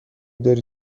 داری